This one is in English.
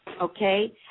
Okay